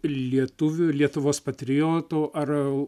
lietuviu lietuvos patriotu ar